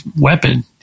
weapon